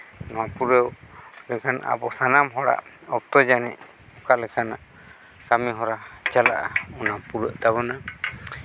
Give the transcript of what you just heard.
ᱱᱚᱣᱟ ᱯᱩᱨᱟᱹᱣ ᱞᱮᱱᱠᱷᱟᱱ ᱟᱵᱚ ᱥᱟᱱᱟᱢ ᱦᱚᱲᱟᱜ ᱚᱠᱛᱚ ᱡᱟᱹᱱᱤᱡ ᱚᱠᱟ ᱞᱮᱠᱟᱱᱟᱜ ᱠᱟᱹᱢᱤ ᱦᱚᱨᱟ ᱪᱟᱞᱟᱜᱼᱟ ᱚᱱᱟ ᱯᱩᱨᱟᱹᱜ ᱛᱟᱵᱚᱱᱟ